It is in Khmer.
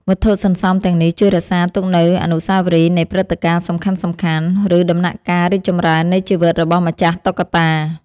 វត្ថុសន្សំទាំងនេះជួយរក្សាទុកនូវអនុស្សាវរីយ៍នៃព្រឹត្តិការណ៍សំខាន់ៗ ឬដំណាក់កាលរីកចម្រើននៃជីវិតរបស់ម្ចាស់តុក្កតា។